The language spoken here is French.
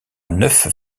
neuf